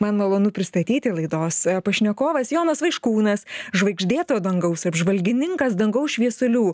man malonu pristatyti laidos pašnekovas jonas vaiškūnas žvaigždėto dangaus apžvalgininkas dangaus šviesulių